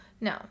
No